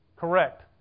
Correct